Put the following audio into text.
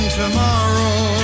tomorrow